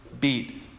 beat